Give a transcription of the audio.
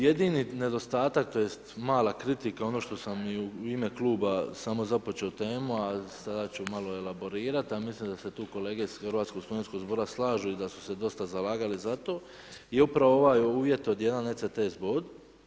Jedini nedostatak, tj. mala kritika, ono što sam i u ime kluba samo započeo temu, a sad ću malo elaborirat, a mislim da se tu kolege iz Hrvatskog stud.zbora slažu i da su se dosta zalagali za to je upravo ovaj uvjet od 1 ECTS bod.